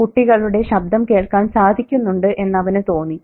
കുട്ടികളുടെ ശബ്ദം കേൾക്കാൻ സാധിക്കുന്നുണ്ട് എന്ന് അവന് തോന്നി